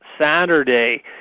Saturday